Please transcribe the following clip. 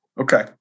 Okay